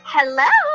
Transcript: Hello